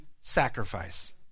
sacrifice